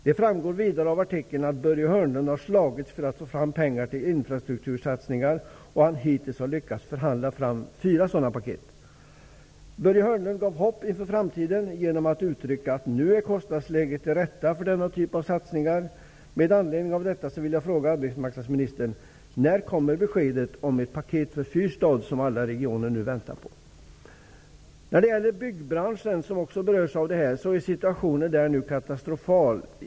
Det framgår vidare av artikeln att Börje Hörnlund har slagits för att få fram pengar till infrastruktursatsningar och att han hittills har lyckats förhandla fram fyra sådana paket. Börje Hörnlund ingav hopp inför framtiden genom att uttrycka att kostnadsläget nu är det rätta för denna typ av satsningar. Med anledning av detta vill jag fråga arbetsmarknadsministern följande: När kommer beskedet om ett paket för Fyrstadsregionen, som alla i regionen nu väntar på? I byggbranschen, som också berörs, är situationen katastrofal.